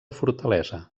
fortalesa